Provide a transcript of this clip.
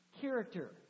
character